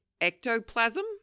ectoplasm